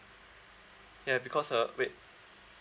ya because uh wait